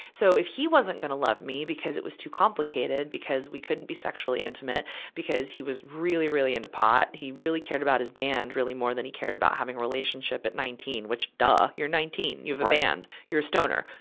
so, if he wasn't gonna love me because it was too complicated because we couldn't be sexually intimate because he was really, really into pot. he really cared about his band, really, more than he cared about having a relationship at nineteen. which duh! you're nineteen. you have a band. you're a stoner.